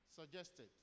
suggested